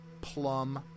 plum